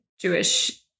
Jewish